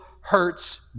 hurts